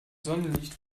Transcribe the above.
sonnenlicht